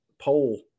poll